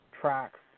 tracks